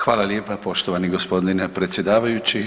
Hvala lijepa poštovani gospodine predsjedavajući.